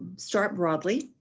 start broadly.